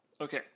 Okay